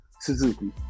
Suzuki